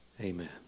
Amen